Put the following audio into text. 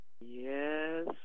Yes